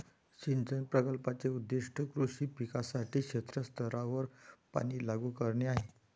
सिंचन प्रकल्पाचे उद्दीष्ट कृषी पिकांसाठी क्षेत्र स्तरावर पाणी लागू करणे आहे